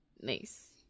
Nice